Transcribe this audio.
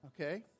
okay